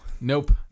Nope